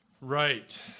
Right